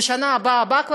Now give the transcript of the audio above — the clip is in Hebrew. בשנה שבאה אחריה,